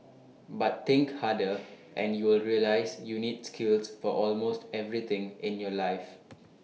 but think harder and you will realise you need skills for almost everything in your life